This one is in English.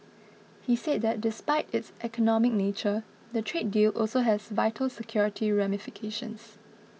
he said that despite its economic nature the trade deal also has vital security ramifications